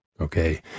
Okay